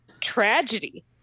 tragedy